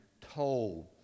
told